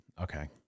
Okay